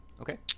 Okay